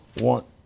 want